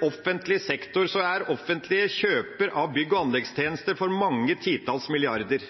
offentlig sektor er det offentlige kjøper av bygg- og anleggstjenester for mange titalls milliarder.